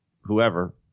whoever